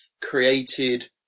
created